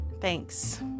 thanks